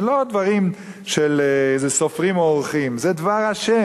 זה לא דברים של איזה סופרים או עורכים, זה דבר ה'.